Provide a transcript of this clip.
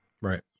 Right